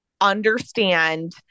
understand